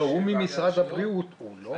לא, הוא ממשרד הבריאות, לא?